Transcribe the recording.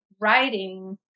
writing